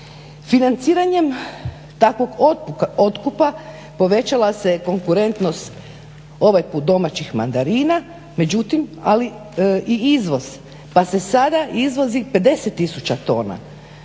Financiranjem takvog otkupa povećala se konkurentnost ovaj put domaćih mandarina, međutim ali i izvoz, pa se sada izvozi 50 tisuća tona